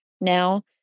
now